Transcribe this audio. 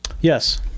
Yes